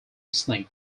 snake